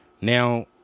Now